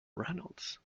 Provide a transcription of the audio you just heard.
reynolds